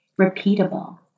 repeatable